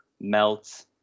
Melt